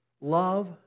love